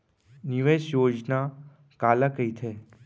निवेश योजना काला कहिथे?